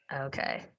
Okay